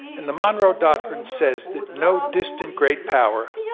and the monroe doctrine says that no distant great power,